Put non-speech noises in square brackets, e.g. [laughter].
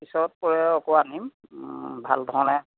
পিছত [unintelligible] আকৌ আনিম ভাল ধৰণে